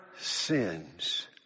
sins